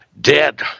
dead